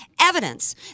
evidence